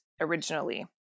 originally